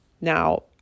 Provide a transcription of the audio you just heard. Now